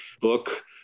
book